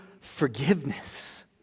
forgiveness